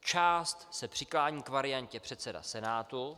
Část se přiklání k variantě předseda Senátu.